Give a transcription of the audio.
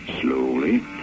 slowly